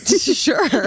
Sure